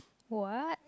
what